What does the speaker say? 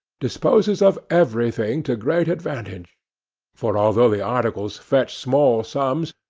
disposes of everything to great advantage for, although the articles fetch small sums,